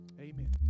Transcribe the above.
amen